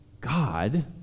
God